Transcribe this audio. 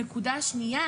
נקודה שנייה,